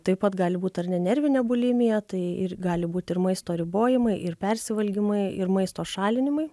taip pat gali būt ar ne nervinė bulimija tai ir gali būti ir maisto ribojimai ir persivalgymai ir maisto šalinimai